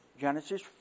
Genesis